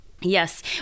yes